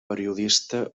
periodista